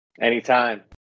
anytime